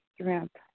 strength